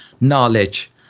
knowledge